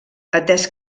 atès